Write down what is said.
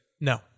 No